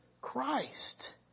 Christ